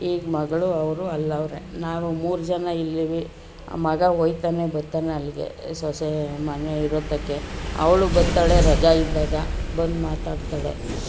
ಈಗ ಮಗಳು ಅವರು ಅಲ್ಲವರೆ ನಾವು ಮೂರು ಜನ ಇಲ್ಲಿವಿ ಮಗ ಒಯ್ತನೆ ಬತ್ತನೆ ಅಲ್ಲಿಗೆ ಸೊಸೆ ಮನೆ ಇರೋ ತಕ್ಕೆ ಅವಳು ಬತ್ತಳೆ ರಜಾ ಇದ್ದಾಗ ಬಂದು ಮಾತಾಡ್ತಾಳೆ